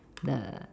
the